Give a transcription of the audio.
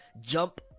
jump